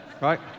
right